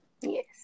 Yes